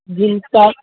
दिन कऽ